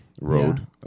Road